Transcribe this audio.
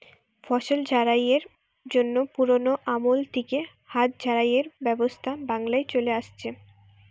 ফসল ঝাড়াইয়ের জন্যে পুরোনো আমল থিকে হাত ঝাড়াইয়ের ব্যবস্থা বাংলায় চলে আসছে